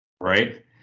Right